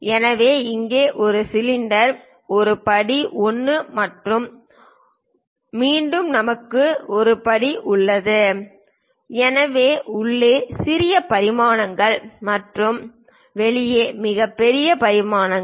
எனவே இங்கே இது ஒரு சிலிண்டர் ஒரு படி 1 மற்றும் மீண்டும் நமக்கு ஒரு படி 1 உள்ளது எனவே உள்ளே சிறிய பரிமாணங்கள் மற்றும் வெளியே மிகப்பெரிய பரிமாணங்கள்